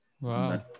Wow